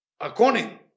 According